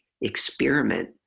experiment